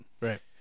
Right